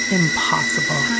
impossible